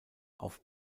auf